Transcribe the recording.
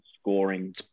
scoring